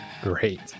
Great